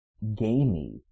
gamey